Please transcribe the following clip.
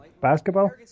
basketball